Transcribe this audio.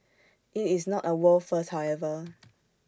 IT is not A world first however